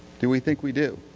do we think we do?